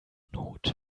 not